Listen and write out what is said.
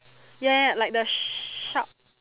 ya like the sharp